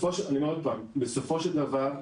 בסופו של דבר,